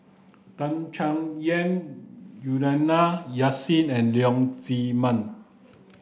Tan Chay Yan Juliana Yasin and Leong Chee Mun